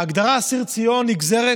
ההגדרה אסיר ציון נגזרת